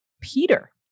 peter